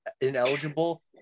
ineligible